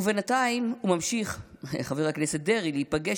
ובינתיים ממשיך חבר הכנסת דרעי להיפגש